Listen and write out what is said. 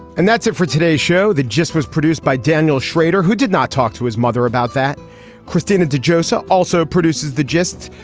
and that's it for today's show that just was produced by daniel schrader who did not talk to his mother about that christina to joseph also produces the gist.